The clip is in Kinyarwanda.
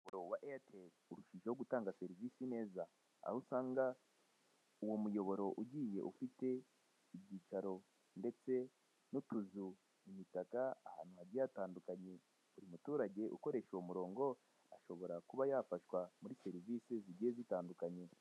Umuyoboro wa airtel urushujijeho gutanga serivise neza; aho usanga uwo muyoboro ugiye ufite ibyicaro ndetse n'utuzu, imitaka ahantu hagiye hatandukanye, buri muturage ukoresha uwo murungo ashobora kuba yafashwa muri serivise zigiye zitandukanye.